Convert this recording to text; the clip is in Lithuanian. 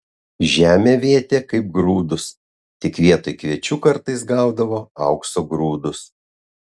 žemę vėtė kaip grūdus tik vietoj kviečių kartais gaudavo aukso grūdus